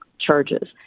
charges